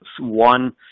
One